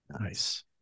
Nice